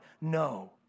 no